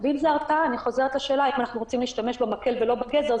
ואם זו הרתעה אני חוזרת לשאלה: האם אנחנו רוצים להשתמש במקל ולא בגזר?